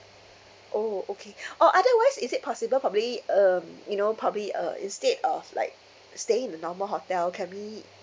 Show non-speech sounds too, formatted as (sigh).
oh okay (breath) or otherwise is it possible probably um you know probably uh instead of like staying in a normal hotel can we